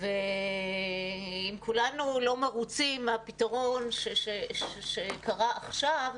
ואם כולנו לא מרוצים מהפתרון שקרה עכשיו,